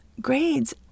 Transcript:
grades